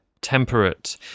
temperate